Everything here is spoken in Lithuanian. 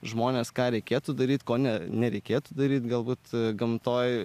žmones ką reikėtų daryt ko ne nereikėtų daryt galbūt gamtoj